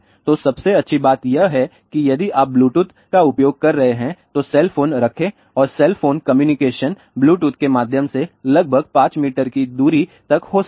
तो सबसे अच्छी बात यह है कि यदि आप ब्लूटूथ का उपयोग कर रहे हैं तो सेल फोन रखें और सेल फोन कम्युनिकेशन ब्लूटूथ के माध्यम से लगभग 5 मीटर की दूरी तक हो सकता है